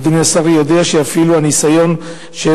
אדוני השר יודע שאפילו הניסיון של